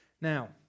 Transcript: Now